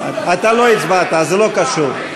אתה לא הצבעת, זה לא קשור.